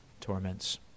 torments